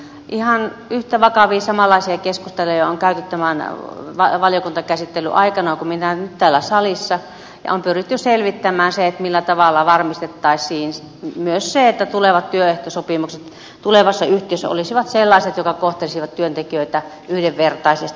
ihan yhtä vakavia samanlaisia keskusteluja on käyty valiokuntakäsittelyn aikana kuin mitä nyt täällä salissa ja on pyritty selvittämään se millä tavalla varmistettaisiin myös se että tulevat työehtosopimukset tulevassa yhtiössä olisivat sellaiset jotka kohtelisivat työntekijöitä yhdenvertaisesti